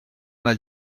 mal